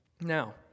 Now